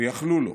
ויכלו לו,